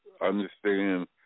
understand